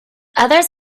others